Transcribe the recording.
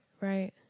Right